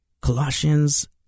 Colossians